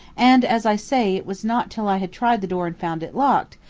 and as i say it was not till i had tried the door and found it locked,